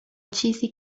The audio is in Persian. چیزی